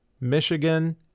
Michigan